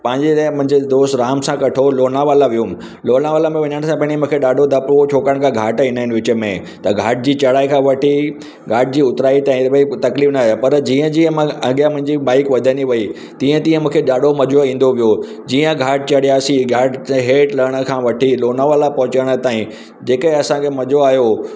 पंहिंजे ते मुंहिंजे दोस्त राम सां गठो लोनावला वियुमि लोनावला में वञण सां पहिरीं मूंखे ॾाढो डपु हो छाकाणि घाट ईंदा आहिनि विच में त घाट जी चढ़ाई खां वठी घाट जी उतराई ताईं भाई तकलीफ़ न आहे पर जीअं जीअं माना अॻियां मुंहिंजी बाइक वधंदी वई तीअं तीअं मूंखे ॾाढो मज़ो ईंदो वियो जीअं घाट चढ़ियासीं घाट जे हेठि लहण खां वठी लोनावला पहुचण ताईं जेके असांखे मज़ो आहियो